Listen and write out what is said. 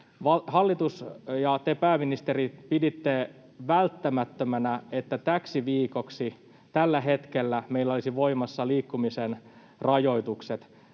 hallitus ja te, pääministeri, piditte välttämättömänä, että tällä hetkellä meillä olisi voimassa liikkumisen rajoitukset.